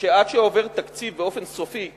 שעד שעובר תקציב באופן סופי,